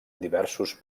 diversos